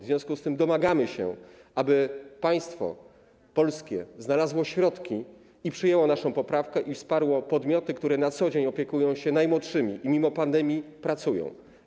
W związku z tym domagamy się, aby państwo polskie znalazło środki i przyjęło naszą poprawkę i wsparło podmioty, które na co dzień opiekują się najmłodszymi i mimo pandemii pracują.